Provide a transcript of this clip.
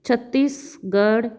Chhattisgarh